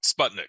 Sputnik